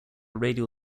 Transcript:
radial